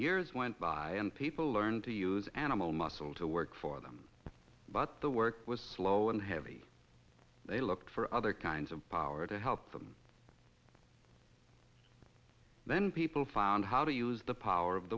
years went by and people learned to use animal muscle to work for them but the work was slow and heavy they look for other kinds of power to help them then people found how to use the power of